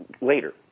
later